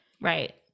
Right